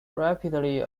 rapidly